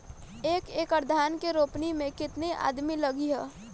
एक एकड़ धान के रोपनी मै कितनी आदमी लगीह?